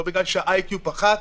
לא בגלל שה-IQ פחת,